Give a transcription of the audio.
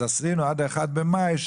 אז עשינו עד ה-1 במאי,